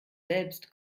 selbst